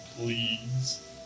Please